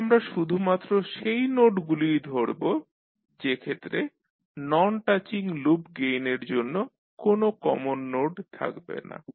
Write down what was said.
তাহলে আমরা শুধুমাত্র সেই নোডগুলিই ধরব যেক্ষেত্রে নন টাচিং লুপ গেইনের জন্য কোন কমন নোড থাকবে না